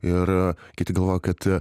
ir kiti galvoja kad